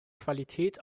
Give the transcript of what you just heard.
qualität